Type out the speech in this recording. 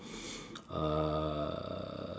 uh